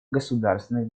государственных